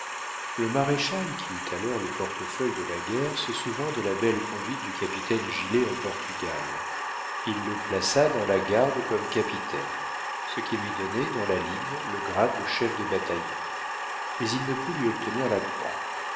le maréchal qui eut alors le portefeuille de la guerre se souvint de la belle conduite du capitaine gilet en portugal il le plaça dans la garde comme capitaine ce qui lui donnait dans la ligne le grade de chef de bataillon mais il ne put lui obtenir la croix